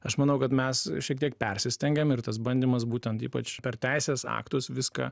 aš manau kad mes šiek tiek persistengiam ir tas bandymas būtent ypač per teisės aktus viską